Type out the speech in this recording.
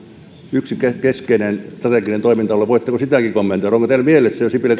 yksi keskeinen strateginen toiminta alue voitteko sitäkin kommentoida onko teillä mielessänne jo sipilä